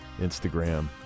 Instagram